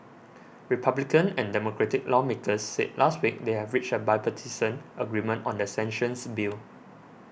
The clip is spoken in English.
Republican and Democratic lawmakers said last week they had reached a bipartisan agreement on the sanctions bill